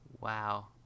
wow